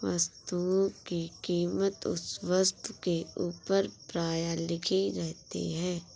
वस्तुओं की कीमत उस वस्तु के ऊपर प्रायः लिखी रहती है